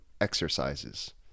exercises